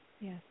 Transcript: Yes